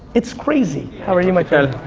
it's crazy. how are you my